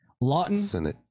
Lawton